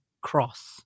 cross